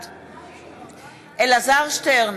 בעד אלעזר שטרן,